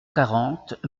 quarante